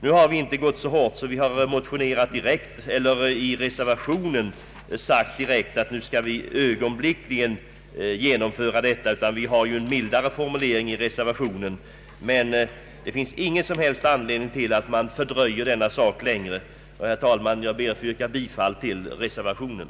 Vi har inte gått så hårt fram att vi i reservationen direkt har anfört att man ögonblickligen skall genomföra detta, utan vi har en mildare formulering. Det finns emellertid ingen som helst anledning att fördröja denna sak längre. Herr talman! Jag ber att få yrka bifall till reservationen.